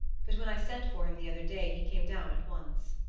but when i sent for him the other day he came down at once.